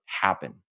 happen